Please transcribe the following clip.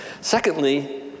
Secondly